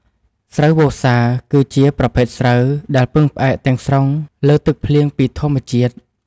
ស្រូវវស្សាគឺជាប្រភេទស្រូវដែលពឹងផ្អែកទាំងស្រុងលើទឹកភ្លៀងពីធម្មជាតិ។